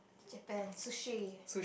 Japan sushi